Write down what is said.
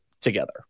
together